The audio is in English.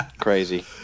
Crazy